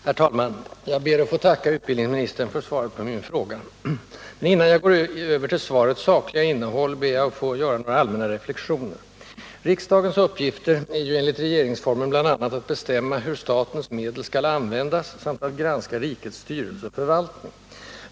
Herr talman! Jag ber att få tacka utbildningsministern för svaret på min fråga. Innan jag går över till svarets sakliga innehåll vill jag göra några allmänna reflexioner. Riksdagens uppgifter är ju enligt regeringsformen bl.a. att ”bestämma hur statens medel skall användas” samt att ”granska rikets styrelse och förvaltning”.